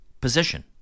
position